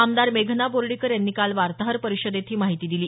आमदार मेघना बोर्डीकर यांनी काल वार्ताहर परिषदेत ही माहिती दिली